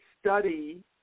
study